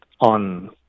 on